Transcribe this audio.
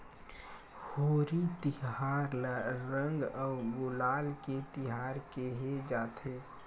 होरी तिहार ल रंग अउ गुलाल के तिहार केहे जाथे